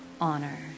honor